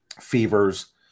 fevers